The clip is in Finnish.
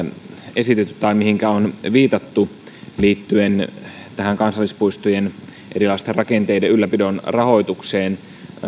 esitetty tai mihinkä on viitattu liittyen kansallispuistojen erilaisten rakenteiden ylläpidon rahoitukseen